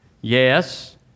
yes